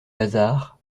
hasard